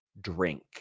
drink